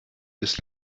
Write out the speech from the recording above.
this